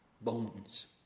bones